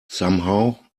somehow